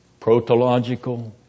protological